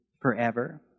forever